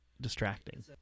distracting